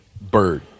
bird